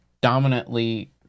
Dominantly